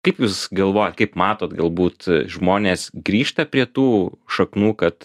kaip jūs galvojat kaip matot galbūt žmonės grįžta prie tų šaknų kad